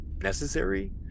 necessary